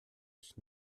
ich